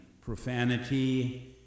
profanity